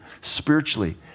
spiritually